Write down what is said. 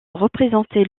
représenter